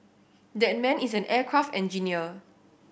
that man is an aircraft engineer